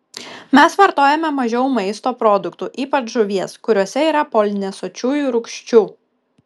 mes vartojame mažiau maisto produktų ypač žuvies kuriuose yra polinesočiųjų rūgščių